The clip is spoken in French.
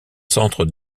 centre